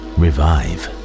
revive